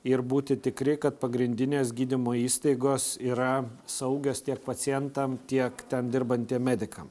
ir būti tikri kad pagrindinės gydymo įstaigos yra saugios tiek pacientam tiek ten dirbantiem medikam